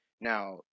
now